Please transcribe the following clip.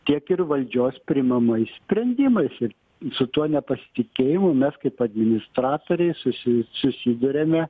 tiek ir valdžios priimamais sprendimais ir su tuo nepasitikėjimu mes kaip administratoriai susi susiduriame